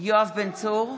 יואב בן צור,